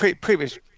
previous